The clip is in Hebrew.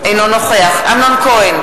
אינו נוכח אמנון כהן,